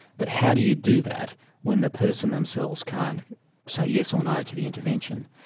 but how do you do that when the person themselves can't say yes or no to the intervention?